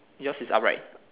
yours is upright